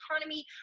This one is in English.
economy